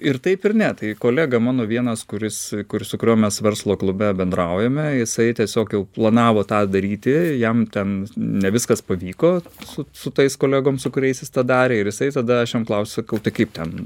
ir taip ir ne tai kolega mano vienas kuris kur su kuriuo mes verslo klube bendraujame jisai tiesiog jau planavo tą daryti jam ten ne viskas pavyko su su tais kolegom su kuriais jis tą darė ir jisai tada aš jam klausiu sakau tai kaip ten